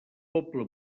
poble